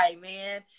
man